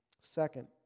Second